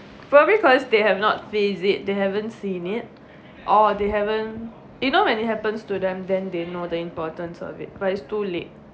for every cause they have not face it they haven't seen it or they haven't you know when it happens to them then they know the importance of it but it's too late